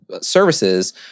services